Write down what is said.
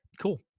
cool